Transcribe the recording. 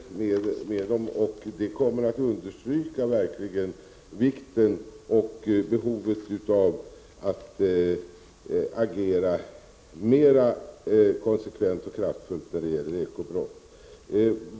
De kommer verkligen att understryka vikten och behovet av att agera mera konsekvent och kraftfullt när det gäller ekobrott.